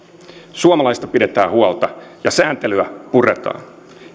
suomalaisista pidetään huolta ja sääntelyä puretaan